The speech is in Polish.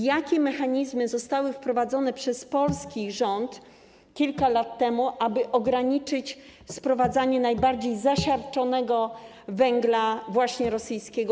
Jakie mechanizmy zostały wprowadzone przez polski rząd kilka lat temu, aby ograniczyć sprowadzanie najbardziej zasiarczonego węgla, właśnie rosyjskiego?